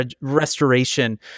restoration